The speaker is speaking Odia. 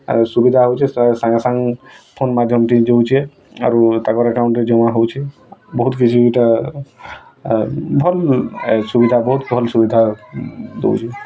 ଆର୍ ସୁବିଧା ହଉଛେ ସାଙ୍ଗେ ସାଙ୍ଗ୍ ଫୋନ୍ ମାଧ୍ୟମ ଥି ଯଉଚେ ଆରୁ ତାଙ୍କ ଏକାଉଣ୍ଟ୍ରେ ଜମା ହଉଛେ ବହୁତ୍ କିଛି ଇଟା ଭଲ୍ ଆଏ ସୁବିଧା ବହୁତ୍ ଭଲ୍ ସୁବିଧା ଦଉଛେ